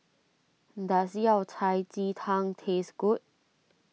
does Yao Cai Ji Tang taste good